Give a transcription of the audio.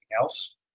else